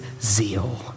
zeal